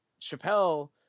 Chappelle